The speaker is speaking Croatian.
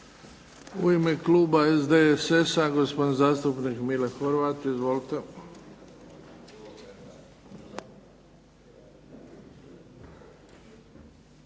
U ime kluba SDSS-a gospodin zastupnik Mile Horvat. Izvolite.